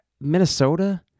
Minnesota